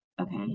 Okay